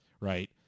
right